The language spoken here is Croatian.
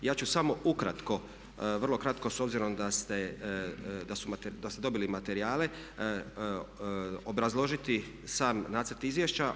Ja ću samo ukratko, vrlo kratko s obzirom da ste dobili materijale obrazložiti sam nacrt izvješća.